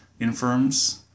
infirms